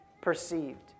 perceived